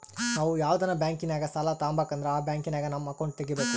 ನಾವು ಯಾವ್ದನ ಬ್ಯಾಂಕಿನಾಗ ಸಾಲ ತಾಬಕಂದ್ರ ಆ ಬ್ಯಾಂಕಿನಾಗ ನಮ್ ಅಕೌಂಟ್ ತಗಿಬಕು